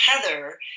Heather